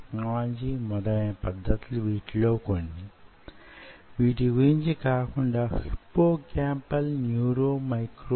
ఈ ఉపరితలాలు పైన కణాలు పెరుగుతాయనే ఫోబియా లేక భయం నుండి కాపాడుకోవడానికి యిలా చేయాలి